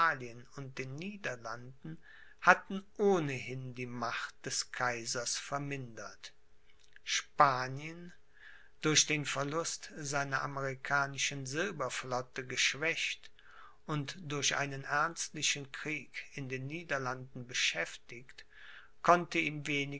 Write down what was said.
und den niederlanden hatten ohnehin die macht des kaisers vermindert spanien durch den verlust seiner amerikanischen silberflotte geschwächt und durch einen ernstlichen krieg in den niederlanden beschäftigt konnte ihm